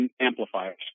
Amplifiers